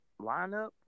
lineup